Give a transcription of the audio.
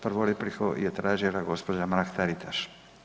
Prvu repliku je tražila gospođa Mrak Taritaš.